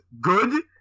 good